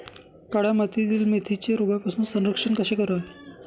काळ्या मातीतील मेथीचे रोगापासून संरक्षण कसे करावे?